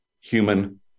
human